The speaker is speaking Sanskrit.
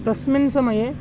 तस्मिन् समये